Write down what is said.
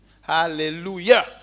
Hallelujah